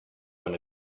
when